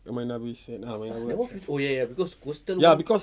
marina bay sands ah marina bay sands ya cause